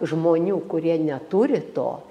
žmonių kurie neturi to